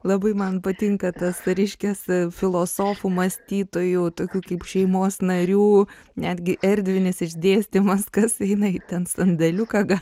labai man patinka tas reiškias filosofų mąstytojų tokių kaip šeimos narių netgi erdvinis išdėstymas kas jinai ten sandėliuką gal